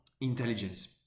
intelligence